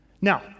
Now